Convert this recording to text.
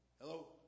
hello